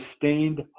sustained